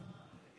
לאחר